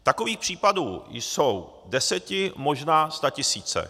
Takových případů jsou deseti, možná statisíce.